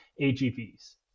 AGVs